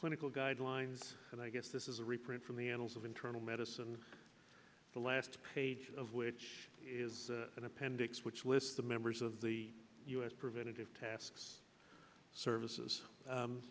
clinical guidelines and i guess this is a reprint from the annals of internal medicine the last page of which is an appendix which lists the members of the u s preventative task services